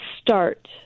start